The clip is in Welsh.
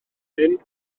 hyn